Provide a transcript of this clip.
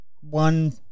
one